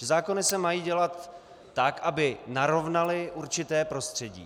Zákony se mají dělat tak, aby narovnaly určité prostředí.